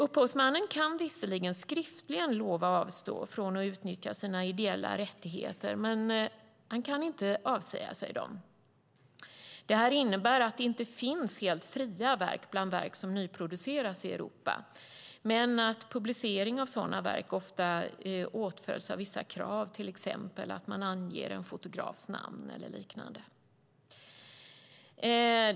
Upphovsmannen kan visserligen skriftligen lova avstå från att utnyttja sina ideella rättigheter, men han kan inte avsäga sig dem. Detta innebär inte att det inte finns helt "fria" verk bland verk som nyproducerats i Europa, men publicering av sådana verk åtföljs ofta av vissa krav, till exempel att en fotografs namn ska anges eller liknande.